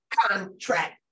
contract